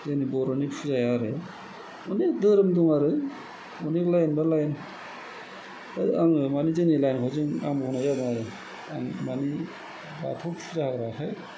जोंनि बर'नि फुजाया आरो अनेख धोरोम दं आरो अनेख लाइन बा लाइन आङो माने जोंनि लाइनखौ जों आं बुंनाय जादों आरो आं माने बाथौ फुजा होग्राखाय